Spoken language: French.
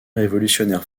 révolutionnaire